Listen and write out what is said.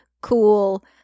cool